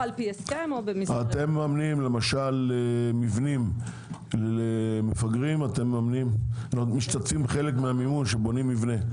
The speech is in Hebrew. אתם מממנים למשל מבנים למפגרים אתם משתתפים בחלק מהמימון שבונים מבנה.